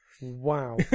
Wow